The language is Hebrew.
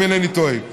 אם אינני טועה.